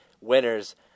winners